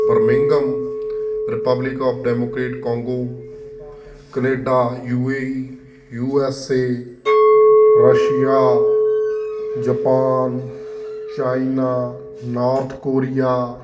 Birmingham republic of democrat Congo Canada U A E U S A Russia Japan China North Korea